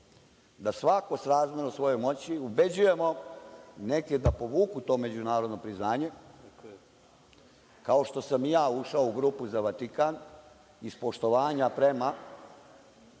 da svako srazmerno svojoj moći ubeđujemo neke da povuku to međunarodno priznanje kao što sam i ja ušao u grupu za Vatikan i iz poštovanja prema